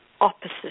opposite